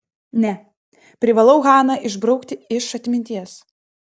ne privalau haną išbraukti iš atminties